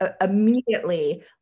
Immediately